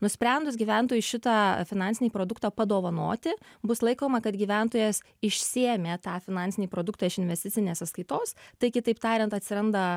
nusprendus gyventojui šitą finansinį produktą padovanoti bus laikoma kad gyventojas išsiėmė tą finansinį produktą iš investicinės sąskaitos tai kitaip tariant atsiranda